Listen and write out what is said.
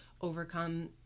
overcome